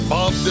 Bob